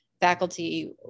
faculty